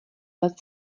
let